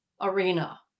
arena